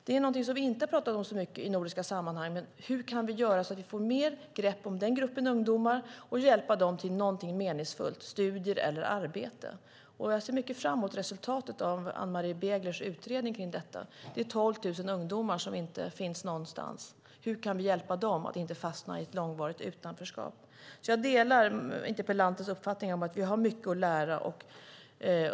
Det är något som vi inte har pratat så mycket om i nordiska sammanhang. Hur kan vi göra för att få mer grepp om den gruppen ungdomar och hjälpa dem till något meningsfullt - studier eller arbete? Jag ser fram mot resultatet av Anne-Marie Beglers utredning av detta. Det är 12 000 ungdomar som inte finns någonstans. Hur kan vi hjälpa dem att inte fastna i ett långvarigt utanförskap? Jag delar interpellantens uppfattning att vi har mycket att lära.